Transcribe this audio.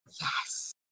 Yes